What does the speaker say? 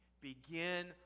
Begin